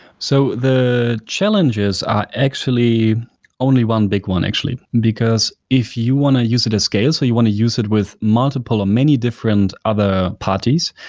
so the challenges actually only one big one, actually, because if you want to use it as scale, so want to use it with multiple or many different other parties,